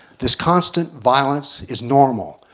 this constant violence is normal.